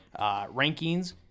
rankings